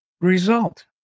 result